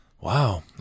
Wow